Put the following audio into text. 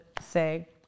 say